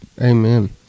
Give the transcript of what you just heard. Amen